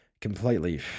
completely